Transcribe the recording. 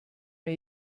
mir